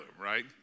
right